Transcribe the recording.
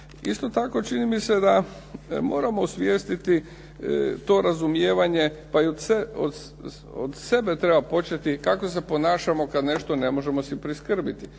Isto tako, čini mi se da moramo osvijestiti to razumijevanje pa i od sebe treba početi kako se ponašamo kad nešto ne možemo si priskrbiti.